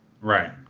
Right